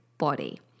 body